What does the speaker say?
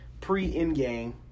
Pre-Endgame